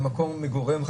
למקום מגוריהם.